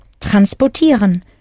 transportieren